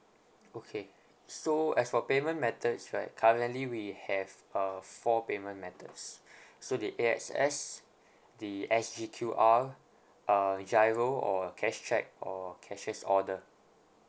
okay so as for payment methods right currently we have uh four payment methods so the A_X_S the S_G_Q_R uh giro or cash cheque or cashless order